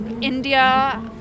India